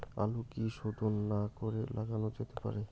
আলু কি শোধন না করে লাগানো যেতে পারে?